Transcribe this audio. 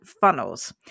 funnels